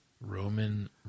Roman